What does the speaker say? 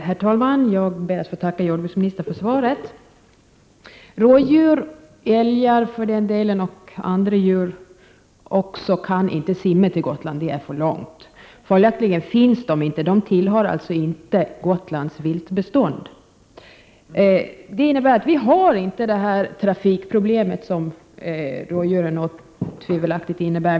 Herr talman! Jag ber att få tacka jordbruksministern för svaret. Rådjur, och för den delen också älgar och vissa andra djur, kan inte simma till Gotland, det är för långt. Följaktligen finns de inte där, de tillhör alltså inte Gotlands viltbestånd. Det innebär att vi inte har de trafikproblem som rådjur otvivelaktigt medför.